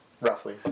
Roughly